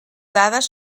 dades